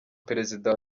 perezida